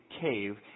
cave